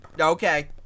okay